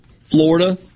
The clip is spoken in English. Florida